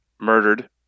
murdered